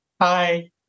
Hi